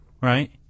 right